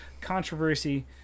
controversy